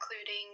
including